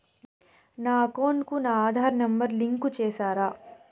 నా అకౌంట్ కు నా ఆధార్ నెంబర్ లింకు చేసారా